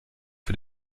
für